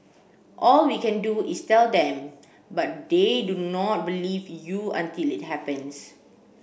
all we can do is tell them but they do not believe you until it happens